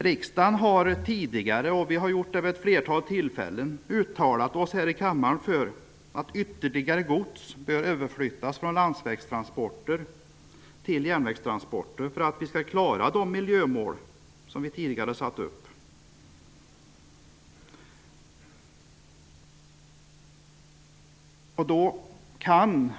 Riksdagen har tidigare och vid ett flertal tillfällen uttalat sig för att ytterligare gods bör överflyttas från landsvägstransporter till järnvägstransporter för att vi skall klara de miljömål vi satt upp.